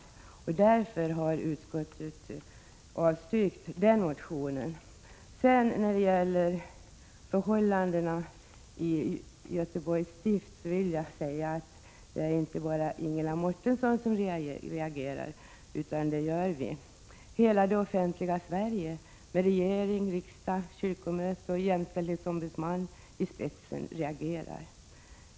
Av denna anledning har utskottet avstyrkt den ifrågavarande motionen. Beträffande förhållandena i Göteborgs stift vill jag säga att det inte är bara Ingela Mårtensson som reagerar, utan det gör hela det offentliga Sverige med regering, riksdag, kyrkomöte och jämställdhetsombudsman i spetsen.